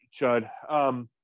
Chud